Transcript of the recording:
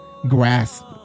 Grasp